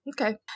Okay